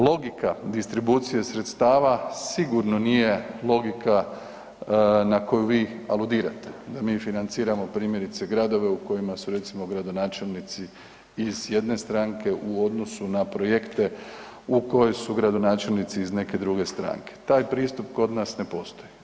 Logika distribucije sredstava sigurno nije logika na koju vi aludirate, da mi financiramo primjerice gradove u kojima su recimo gradonačelnici iz jedne stranke u odnosu na projekte u kojoj su gradonačelnici iz neke druge stranke, taj pristup kod nas ne postoji.